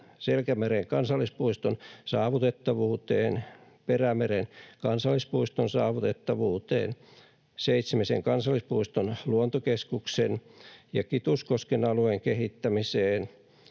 Selkämeren kansallispuiston saavutettavuuteen, Perämeren kansallispuiston saavutettavuuteen, Seitsemisen kansallispuiston luontokeskuksen ja Kituskosken alueen kehittämiseen,